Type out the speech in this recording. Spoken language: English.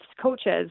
coaches